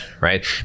right